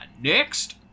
next